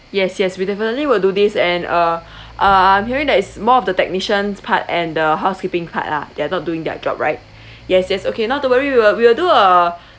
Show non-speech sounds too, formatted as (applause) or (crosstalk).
yes yes we definitely will do this and uh (breath) uh I'm hearing that is more of the technicians part and the housekeeping part lah they are not doing their job right (breath) yes yes okay not to worry we'll we'll do a (breath)